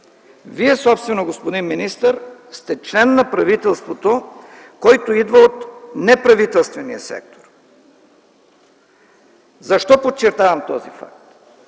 Вие собствено, господин министър, сте член на правителството, който идва от неправителствения сектор. Защо подчертавам този факт?